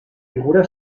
figura